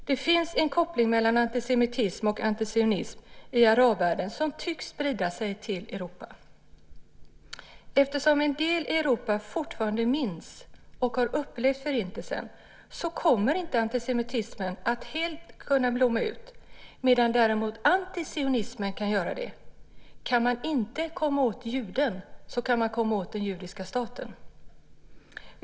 Det finns en koppling mellan antisemitism och antisionism i arabvärlden som tycks sprida sig till Europa. Eftersom en del i Europa fortfarande minns och har upplevt Förintelsen så kommer inte antisemitismen att helt kunna blomma ut medan däremot antisionismen kan göra det. Kan man inte komma åt juden så kan man komma åt den judiska staten.